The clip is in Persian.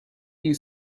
این